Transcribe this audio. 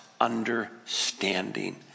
understanding